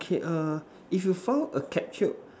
K err if you found a capsule